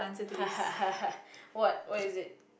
what what is it